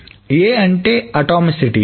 A అంటే atomicity